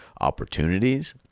opportunities